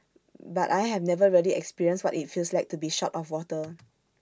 but I have never really experienced what IT feels like to be short of water